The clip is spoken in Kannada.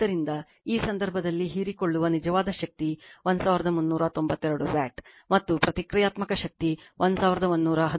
ಆದ್ದರಿಂದ ಈ ಸಂದರ್ಭದಲ್ಲಿ ಹೀರಿಕೊಳ್ಳುವ ನಿಜವಾದ ಶಕ್ತಿ 1392 ವ್ಯಾಟ್ ಮತ್ತು ಪ್ರತಿಕ್ರಿಯಾತ್ಮಕ ಶಕ್ತಿ 1113 ವರ್